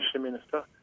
Minister